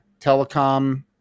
telecom